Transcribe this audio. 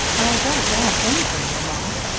i don't want anything, mamma.